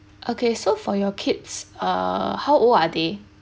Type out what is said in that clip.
okay so for your kids uh how old are they